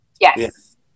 Yes